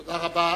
תודה רבה.